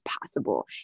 possible